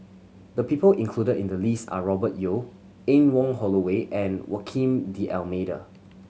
the people included in the list are Robert Yeo Anne Wong Holloway and Joaquim D'Almeida